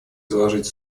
изложить